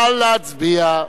נא להצביע.